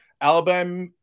Alabama